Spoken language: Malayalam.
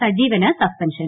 സജീവന് സസ്പെൻഷൻ